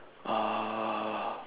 uh